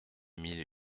mille